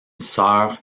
sœur